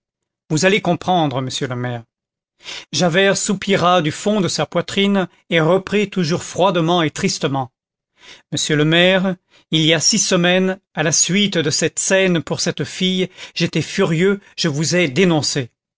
vous allez comprendre monsieur le maire javert soupira du fond de sa poitrine et reprit toujours froidement et tristement monsieur le maire il y a six semaines à la suite de cette scène pour cette fille j'étais furieux je vous ai dénoncé